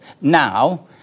now